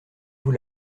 vous